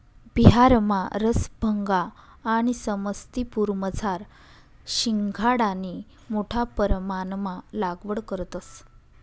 बिहारमा रसभंगा आणि समस्तीपुरमझार शिंघाडानी मोठा परमाणमा लागवड करतंस